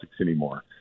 anymore